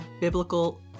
biblical